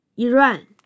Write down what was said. Iran